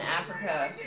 Africa